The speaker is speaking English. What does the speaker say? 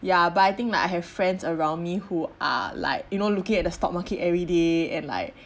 ya but I think like I have friends around me who are like you know looking at the stock market every day and like